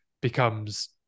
becomes